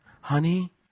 Honey